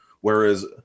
Whereas